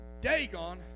Dagon